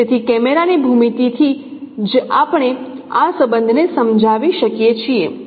તેથી કેમેરાની ભૂમિતિથી જ આપણે આ સંબંધને સમજાવી શકીએ છીએ